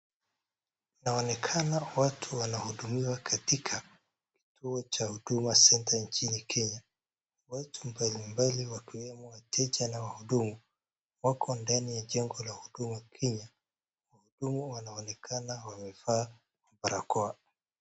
Inaonekana watu wanahudumiwa katika kituo cha Huduma Center nchini Kenya. Watu mbalimbali wakiwemo wateja na wahudumu wako ndani ya jengo la Huduma Kenya. Wahudumu wanaonekana wamevaa barakoa.